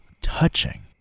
touching